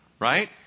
right